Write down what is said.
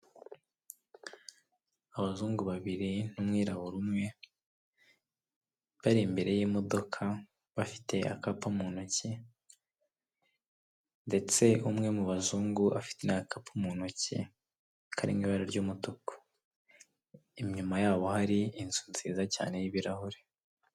Isoko rifite ibicuruzwa bitandukanye by'imitako yakorewe mu Rwanda, harimo uduseke twinshi n'imitako yo mu ijosi, n'imitako yo kumanika mu nzu harimo n'ibibumbano bigiye bitandukanye n'udutebo.